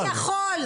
אתה לא יכול.